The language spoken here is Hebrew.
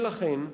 ולכן,